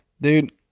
Dude